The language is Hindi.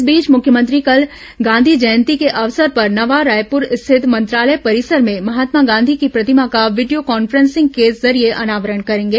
इस बीच मुख्यमंत्री कल गांधी जयंती के अवसर पर नवा रायपुर स्थित मंत्रालय परिसर में महात्मा गांधी की प्रतिमा का वीडियो कॉन्फ्रेंसिंग के जरिये अनावरण करेंगे